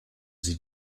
sie